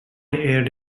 aired